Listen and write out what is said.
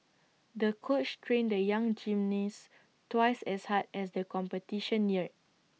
the coach trained the young gymnast twice as hard as the competition neared